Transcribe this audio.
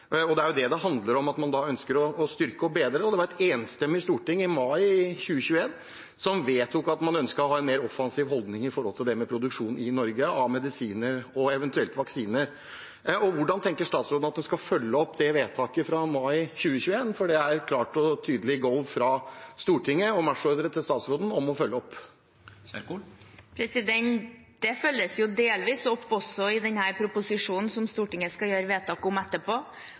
Det er det det handler om når man ønsker å styrke og bedre dette. Det var et enstemmig storting som i mai i år vedtok at man ønsket å ha en mer offensiv holdning når det gjelder produksjon av medisiner og eventuelt vaksiner i Norge. Hvordan har statsråden tenkt å følge opp det vedtaket fra mai i år? Det var et klart og tydelig «Go!» fra Stortinget og en marsjordre til statsråden om å følge det opp. Det følges delvis opp i den proposisjonen som Stortinget skal gjøre vedtak om etterpå.